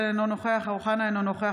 מירב בן ארי,